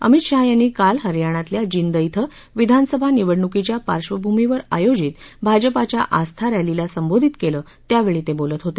अमित शहा यांनी काल हरयाणातल्या जिंद श्वे विधानसभा निवडणूकीच्या पार्श्वभूमीवर आयोजित भाजपाच्या आस्था रस्तीला संबोधित केलं त्यावेळी ते बोलत होते